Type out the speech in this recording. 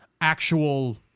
actual